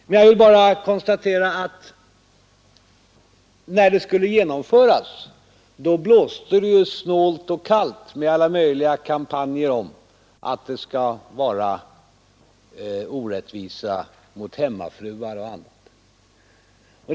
Men jag konstaterar att när denna skulle genomföras blåste det snålt och kallt med alla möjliga kampanjer om att det skulle vara orättvist mot exempelvis hemmafruar.